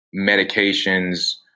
medications